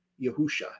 Yahusha